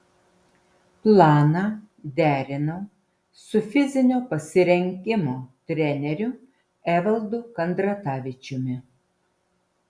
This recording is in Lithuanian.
planą derinau su fizinio pasirengimo treneriu evaldu kandratavičiumi